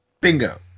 Bingo